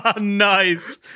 nice